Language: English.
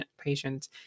patients